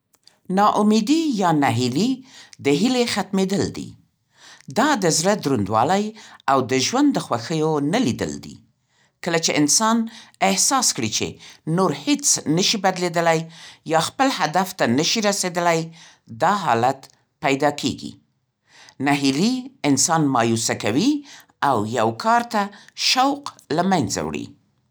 ناامیدي یا نهیلي د هیلې ختمېدل دي. دا د زړه دروندوالی او د ژوند د خوښیو نه لیدل دي. کله چې انسان احساس کړي چې نور هېڅ نه شي بدلېدلی، یا خپل هدف ته نه شي رسېدلی، دا حالت پیدا کېږي. نهیلي انسان مایوسه کوي او یو کار ته شوق له مینځه وړي.